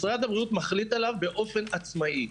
משרד הבריאות מחליט עליו באופן עצמאי.